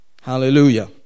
Hallelujah